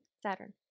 Saturn